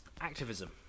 activism